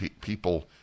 people